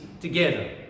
together